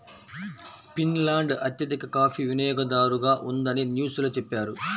Finland అత్యధిక coffee వినియోగదారుగా ఉందని న్యూస్ లో చెప్పారు